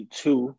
two